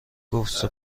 گفت